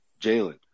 Jalen